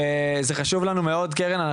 זה חשוב לנו מאוד קרן.